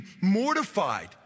mortified